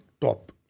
top